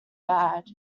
bad